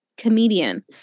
comedian